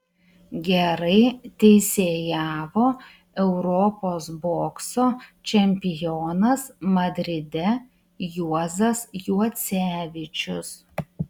gerai teisėjavo europos bokso čempionas madride juozas juocevičius